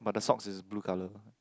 but the socks is blue colour